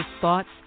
thoughts